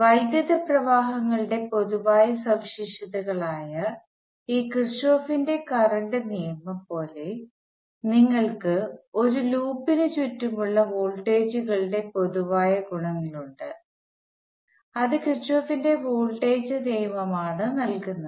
വൈദ്യുത പ്രവാഹങ്ങളുടെ പൊതുവായ സവിശേഷതകളായ ഈ കിർചോഫിന്റെ കറണ്ട് നിയമം പോലെ നിങ്ങൾക്ക് ഒരു ലൂപ്പിന് ചുറ്റുമുള്ള വോൾട്ടേജുകളുടെ പൊതുവായ ഗുണങ്ങളുണ്ട് അത് കിർചോഫിന്റെ വോൾട്ടേജ് നിയമമാണ് നൽകുന്നത്